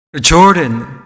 Jordan